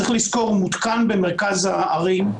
צריך לזכור שמותקן במרכז הערים,